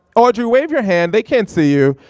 audrey, wave your hand, they can't see you.